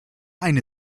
eine